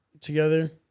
together